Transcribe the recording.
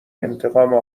انتقام